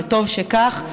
וטוב שכך.